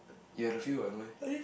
you had a few what no meh